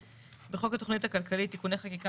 והבנייה 65. בחוק התוכנית הכלכלית (תיקוני חקיקה